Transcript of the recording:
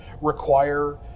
require